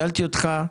שאלתי אותך,